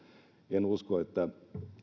en usko että